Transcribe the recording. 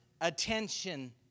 attention